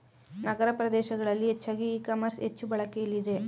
ನಗರ ಪ್ರದೇಶಗಳಲ್ಲಿ ಹೆಚ್ಚಾಗಿ e commerce ಹೆಚ್ಚು ಬಳಕೆಲಿದೆ